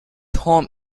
home